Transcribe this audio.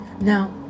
now